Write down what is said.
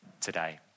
today